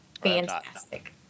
Fantastic